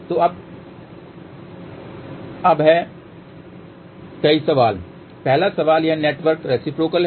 तो अब हैं कई सवाल पहला सवाल यह नेटवर्क रेसिप्रोकल है